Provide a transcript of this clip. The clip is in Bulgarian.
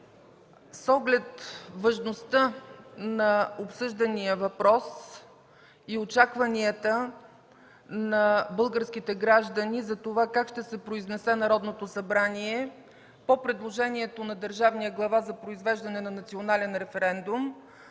с оглед важността на обсъждания въпрос и очакванията на българските граждани за това как ще се произнесе Народното събрание по предложението на държавния глава за произвеждане на национален референдум,